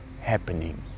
happening